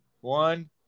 one